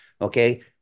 okay